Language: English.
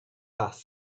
flask